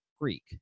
Greek